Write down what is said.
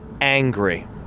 angry